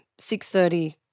6.30